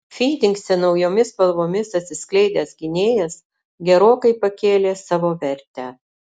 fynikse naujomis spalvomis atsiskleidęs gynėjas gerokai pakėlė savo vertę